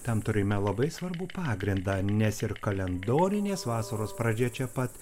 tam turime labai svarbų pagrindą nes ir kalendorinės vasaros pradžia čia pat